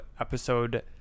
episode